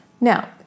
Now